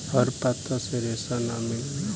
हर पत्ता से रेशा ना मिलेला